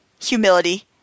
humility